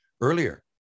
earlier